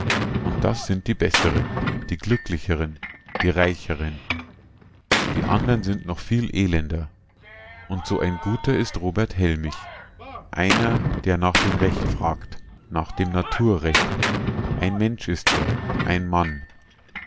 und das sind die besseren die glücklicheren die reicheren die andern sind noch viel elender und so ein guter ist robert hellmich einer der nach dem recht fragt nach dem naturrecht ein mensch ist er ein mann